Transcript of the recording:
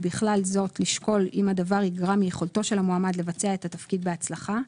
ובכלל זאת לשקול אם הדבר יגרע מיכולתו של המועמד לבצע את התפקיד בהצלחה.